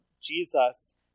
Jesus